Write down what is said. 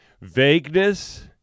vagueness